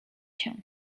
się